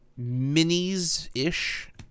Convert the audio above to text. minis-ish